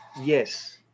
Yes